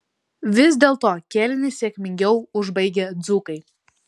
vis dėlto kėlinį sėkmingiau užbaigė dzūkai